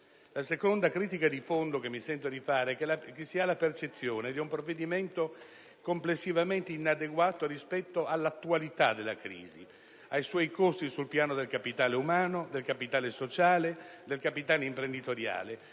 La seconda critica di fondo che mi sento di muovere è che si ha la percezione di un provvedimento complessivamente inadeguato rispetto all'attualità della crisi, ai suoi costi sul piano del capitale umano, del capitale sociale e del capitale imprenditoriale